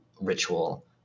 ritual